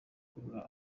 ikurura